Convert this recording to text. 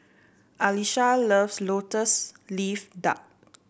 Alisha loves lotus leaf duck